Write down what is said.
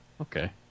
okay